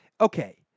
Okay